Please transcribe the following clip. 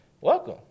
Welcome